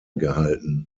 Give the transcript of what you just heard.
gehalten